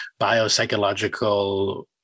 biopsychological